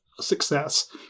success